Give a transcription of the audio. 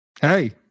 hey